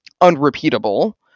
unrepeatable